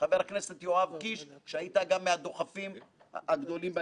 ותפעל כשאור השמש מאיר את הנושאים שלפיקוחה,